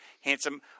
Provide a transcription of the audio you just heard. handsome